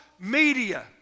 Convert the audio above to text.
media